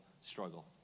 struggle